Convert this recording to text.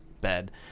bed